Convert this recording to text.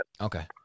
okay